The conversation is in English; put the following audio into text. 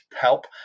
help